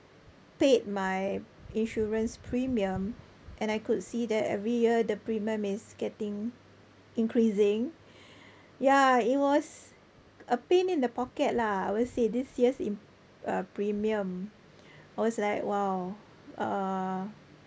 paid my insurance premium and I could see that every year the premium is getting increasing ya it was a pain in the pocket lah I will say this year's in~ uh premium I was like !wow! uh